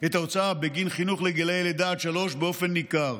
בגין חינוך לגילי לידה עד שלוש באופן ניכר.